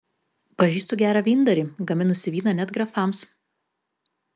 pažįstu gerą vyndarį gaminusi vyną net grafams